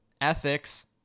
ethics